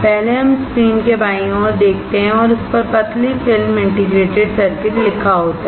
पहले हम स्क्रीन के बाईं ओर देखते हैं और उस पर पतली फिल्म इंटीग्रेटेड सर्किट लिखा है